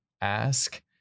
ask